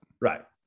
Right